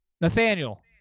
Nathaniel